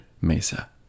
mesa